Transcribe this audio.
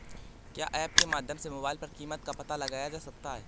क्या ऐप के माध्यम से मोबाइल पर कीमत का पता लगाया जा सकता है?